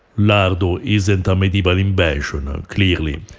lardo isn't a medieval invention, ah clearly,